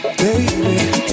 baby